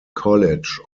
college